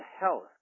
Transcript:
health